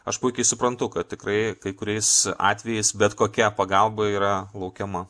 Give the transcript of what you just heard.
aš puikiai suprantu kad tikrai kai kuriais atvejais bet kokia pagalba yra laukiama